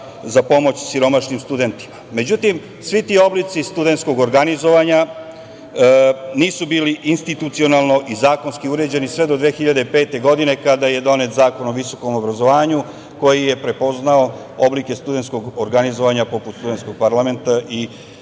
za pomoć siromašnim studentima. Međutim, svi ti oblici studentskog organizovanja nisu bili institucionalno i zakonski uređeni sve do 2005. godine, kada je donet Zakon o visokom obrazovanju, koji je prepoznao oblike studentskog organizovanja poput studentskog parlamenta i studentskih